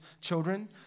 children